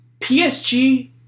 PSG